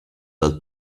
del